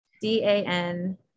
d-a-n